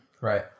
Right